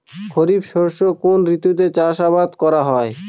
খরিফ শস্য কোন ঋতুতে চাষাবাদ করা হয়?